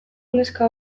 neska